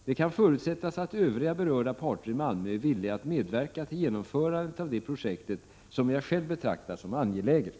Det kan förutsättas att övriga berörda parter i Malmö är villiga att medverka till genomförandet av detta projekt, som jag själv betraktar som angeläget.